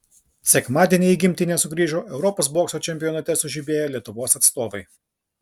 sekmadienį į gimtinę sugrįžo europos bokso čempionate sužibėję lietuvos atstovai